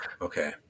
okay